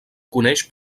coneix